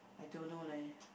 I don't know leh